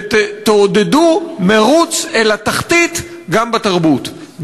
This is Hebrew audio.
ותעודדו מירוץ אל התחתית גם בתרבות,